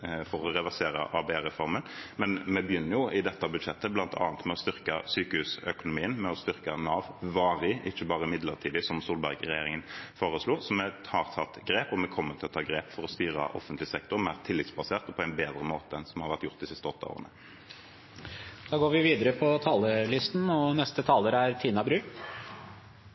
men vi begynner i dette budsjettet, bl.a. med å styrke sykehusøkonomien og med å styrke Nav varig, ikke bare midlertidig, som Solberg-regjeringen foreslo. Så vi har tatt grep, og vi kommer til å ta grep for å styre offentlig sektor mer tillitsbasert og på en bedre måte enn det som har vært gjort de siste åtte årene.